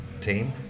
team